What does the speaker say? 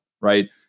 right